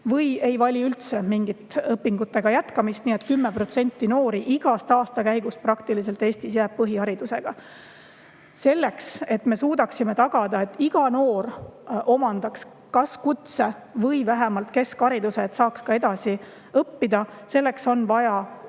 või ei vali üldse mingit õpingutega jätkamist. Nii et 10% noori igast aastakäigust jääb Eestis põhiharidusega. Selleks et me suudaksime tagada, et iga noor omandaks kas kutse või vähemalt keskhariduse, et saaks ka edasi õppida, on vaja oluliselt